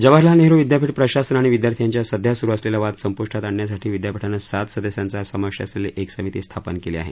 जवाहरलाल नेहरु विद्यापीठ प्रशासन आणि विद्यार्थी यांच्यात सध्या सुरु असलेला वाद संपुष्टात आणण्यासाठी विद्यापीठानं सात सदस्यांचा समावेश असलेली एक समिती स्थापन केली आहे